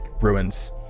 ruins